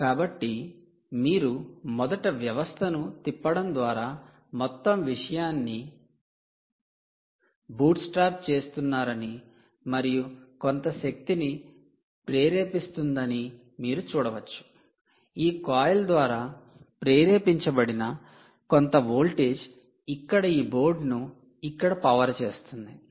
కాబట్టి మీరు మొదట వ్యవస్థను తిప్పడం ద్వారా మొత్తం విషయాన్ని బూట్స్ట్రాప్ చేస్తున్నారని మరియు కొంత శక్తి ని ప్రేరేపిస్తుందని మీరు చూడవచ్చు ఈ కాయిల్ ద్వారా ప్రేరేపించబడిన induce చేయబడిన కొంత వోల్టేజ్ ఇక్కడ ఈ బోర్డును ఇక్కడ పవర్ చేస్తుంది